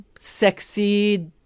sexy